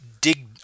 dig